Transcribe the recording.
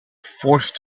forced